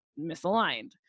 misaligned